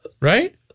Right